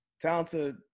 talented